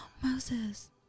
Moses